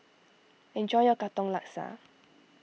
enjoy your Katong Laksa